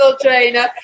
trainer